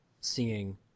seeing